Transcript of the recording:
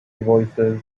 voices